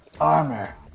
armor